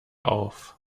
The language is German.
auf